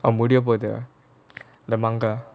முடியபோது அந்த மாங்கா:mudiyapothu antha maanga